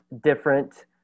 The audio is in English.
different